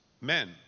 men